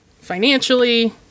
financially